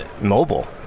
Mobile